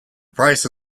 price